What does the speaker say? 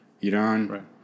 Iran